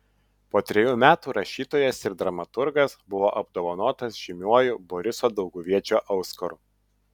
po trejų metų rašytojas ir dramaturgas buvo apdovanotas žymiuoju boriso dauguviečio auskaru